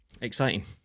Exciting